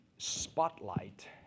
spotlight